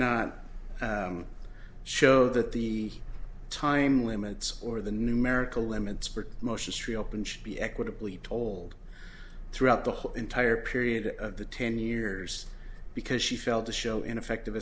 not show that the time limits or the numerical limits motions tree open should be equitably told throughout the whole entire period of the ten years because she felt the show ineffective